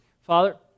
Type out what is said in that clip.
Father